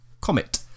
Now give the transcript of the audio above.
Comet